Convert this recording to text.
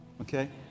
okay